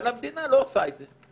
אבל המדינה לא עושה את זה,